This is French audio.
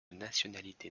nationalités